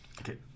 okay